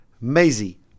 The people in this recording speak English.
Maisie